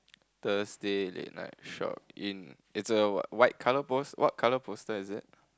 Thursday late night shop in is a white color post~ what color poster is it